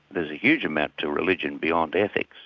there's a huge amount to religion beyond ethics.